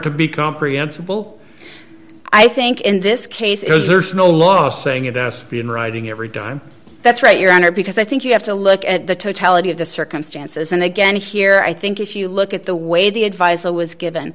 to be comprehensible i think in this case as there is no law saying it has been riding every dime that's right your honor because i think you have to look at the totality of the circumstances and again here i think if you look at the way the advisor was given